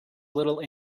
little